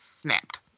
snapped